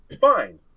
Fine